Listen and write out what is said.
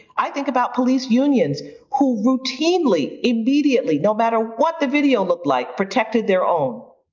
i think about police unions who routinely immediately, no matter what the video looked like, protected their own.